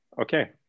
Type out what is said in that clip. Okay